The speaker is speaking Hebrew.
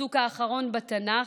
הפסוק האחרון בתנ"ך,